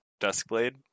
duskblade